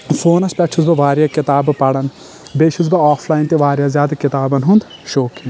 فونس پٮ۪ٹھ چھُس بہٕ واریاہ کِتابہٕ پران بییٚہِ چھُس بہٕ آف لاین تہِ واریاہ زیادٕ کِتابن ہُند شوقیٖن